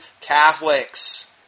Catholics